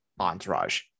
Entourage